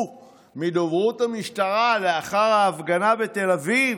מדוברות המשטרה לאחר ההפגנה בתל אביב,